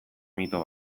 mito